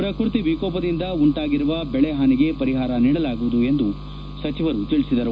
ಪ್ರಕೃತಿ ವಿಕೋಪದಿಂದ ಉಂಟಾಗಿರುವ ಬೆಳೆ ಹಾನಿಗೆ ಪರಿಹಾರ ನೀಡಲಾಗುವುದು ಎಂದೂ ಅಶೋಕ್ ತಿಳಿಸಿದರು